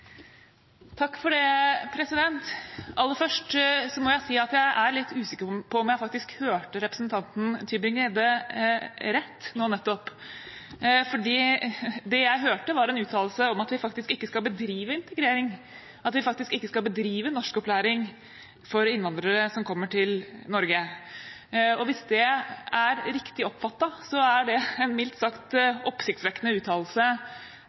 litt usikker på om jeg faktisk hørte representanten Tybring-Gjedde rett nå nettopp. Det jeg hørte, var en uttalelse om at vi faktisk ikke skal bedrive integrering, at vi faktisk ikke skal bedrive norskopplæring for innvandrere som kommer til Norge. Hvis det er riktig oppfattet, er det en mildt sagt oppsiktsvekkende uttalelse